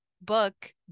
book